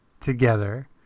together